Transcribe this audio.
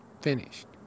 finished